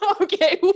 Okay